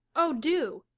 oh, do,